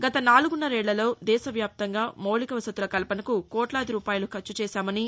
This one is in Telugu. గత నాలుగున్నరేళ్లలో దేశ వ్యాప్తంగా మౌలిక వసతుల కల్పనకు కోట్లాది రూపాయలు ఖర్చు చేశామని